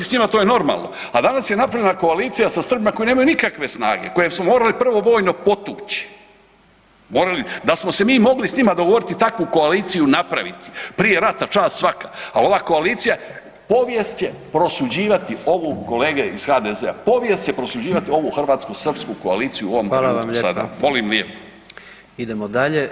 njima, to je normalno, a danas je napravljena koalicija sa Srbima koji nemaju nikakve snage, koji su morali prvo vojno potući, morali, da smo se mi mogli s njima dogovoriti takvu koaliciji napraviti prije rata, čast svaka, a ova koalicija, povijest je prosuđivati ovu, kolege iz HDZ-a, povijest je prosuđivati ovu hrvatsko-srpsku koaliciju u ovom trenutku sada [[Upadica: Hvala vam lijepa.]] Molim lijepo.